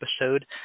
episode